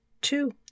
Two